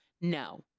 no